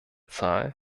zahl